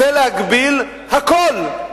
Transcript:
רוצה להגביל הכול.